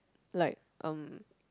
like um